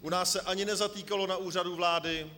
U nás se ani nezatýkalo na Úřadu vlády.